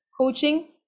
coaching